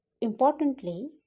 importantly